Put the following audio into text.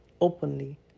openly